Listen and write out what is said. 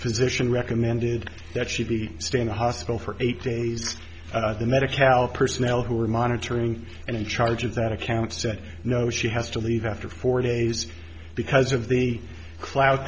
physician recommended that she be staying in hospital for eight days the medical personnel who were monitoring and in charge of that account said no she has to leave after four days because of the clou